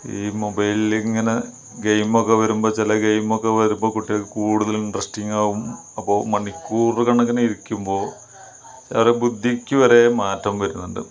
ഈ മൊബൈലിൽ ഇങ്ങനെ ഗെയിമൊക്കെ വരുമ്പോൾ ചില ഗെയിമൊക്കെ വരുമ്പോൾ കുട്ടികൾക്ക് കൂടുതൽ ഇൻട്രസ്റ്റിംഗ് ആകും അപ്പോൾ മണിക്കൂറ് കണക്കിനിരിക്കുമ്പോൾ അവരുടെ ബുദ്ധിക്ക് വരെ മാറ്റം വരുന്നുണ്ട്